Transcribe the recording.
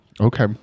Okay